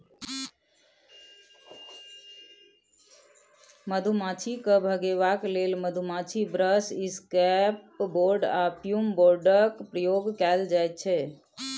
मधुमाछी केँ भगेबाक लेल मधुमाछी ब्रश, इसकैप बोर्ड आ फ्युम बोर्डक प्रयोग कएल जाइत छै